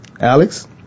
Alex